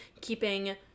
keeping